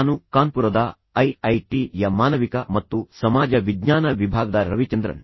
ನಾನು ಕಾನ್ಪುರದ ಐಐಟಿಯ ಮಾನವಿಕ ಮತ್ತು ಸಮಾಜ ವಿಜ್ಞಾನ ವಿಭಾಗದ ರವಿಚಂದ್ರನ್